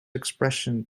expression